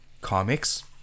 comics